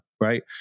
right